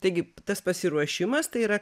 taigi tas pasiruošimas tai yra